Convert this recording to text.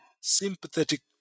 sympathetic